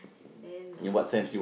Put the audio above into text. then uh